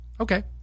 Okay